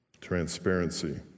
transparency